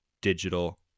digital